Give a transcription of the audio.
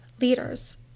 leaders